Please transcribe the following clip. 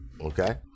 okay